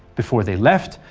before they left,